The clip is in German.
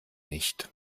nicht